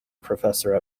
professor